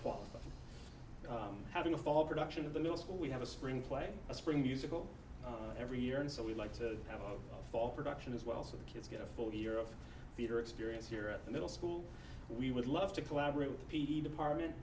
often having a fall production of the middle school we have a screenplay a spring musical every year and so we'd like to have a fall production as well so the kids get a full year of theater experience here at the middle school we would love to collaborate with the p d department